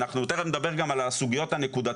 אנחנו תכף נדבר גם על הסוגיות הנקודתיות.